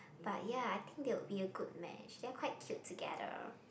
but ya I think they will be a good match they are quite cute together